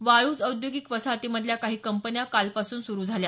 वाळूज औद्यागिक वसाहतीतल्या काही कंपन्या कालपासून सुरु झाल्या